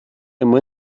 immer